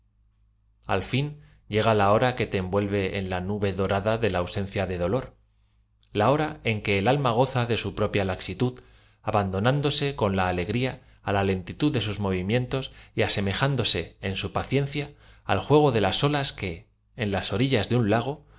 l fin lle g a la hora que te envuelve en la naba dorada de la ausencia de dolor la hora en que el alm a goza de su propia lasitud abandonándose con alegria á la lentitud de sus movimientos y asemeján doae en su paciencia al juego de las olas que en laa orilla'j de uq lago